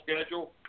schedule